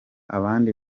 abandi